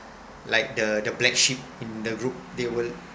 like the the black sheep in the group they will